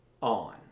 on